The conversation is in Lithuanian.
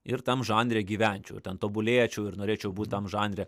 ir tam žanre gyvenčiau ten tobulėčiau ir norėčiau būt tam žanre